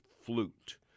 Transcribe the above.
flute